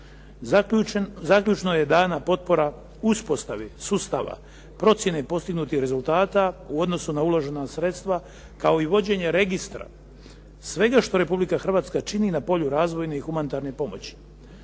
Zaključno je dana potpora uspostavi sustava procjene postignutih rezultata u odnosu na uložena sredstva, kao i vođenje registra, svega što Republika Hrvatska čini na polju razvojne i humanitarne pomoći.